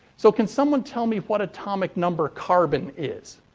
so, can someone tell me what atomic number carbon is?